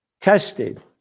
tested